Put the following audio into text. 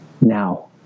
Now